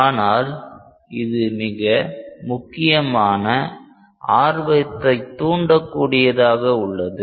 ஆனால் இது மிக முக்கியமான ஆர்வத்தைத் தூண்டக் கூடியதாக உள்ளது